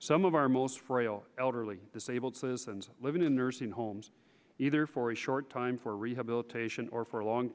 some of our most frail elderly disabled citizens living in their homes either for a short time for rehabilitation or for long